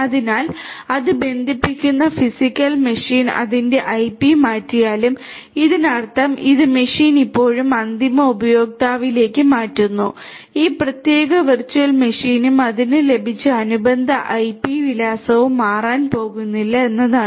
അതിനാൽ അത് ബന്ധിപ്പിക്കുന്ന ഫിസിക്കൽ മെഷീൻ അതിന്റെ ഐപി മാറ്റിയാലും ഇതിനർത്ഥം ഇത് മെഷീൻ ഇപ്പോഴും അന്തിമ ഉപയോക്താവിലേക്ക് മാറ്റുന്നു ഈ പ്രത്യേക വെർച്വൽ മെഷീനും അതിന് ലഭിച്ച അനുബന്ധ ഐപി വിലാസവും മാറാൻ പോകുന്നില്ല എന്നാണ്